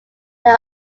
they